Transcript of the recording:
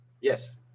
Yes